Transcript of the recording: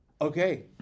okay